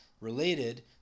related